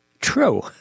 true